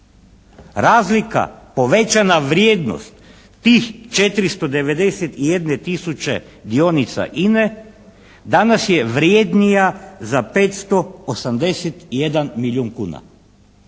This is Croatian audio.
Razlika, povećana vrijednost tih 491 tisuće dionica INA-e, danas je vrjednija za 581 milijun kuna.